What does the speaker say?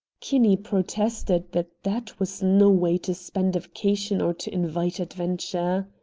kinney protested that that was no way to spend a vacation or to invite adventure.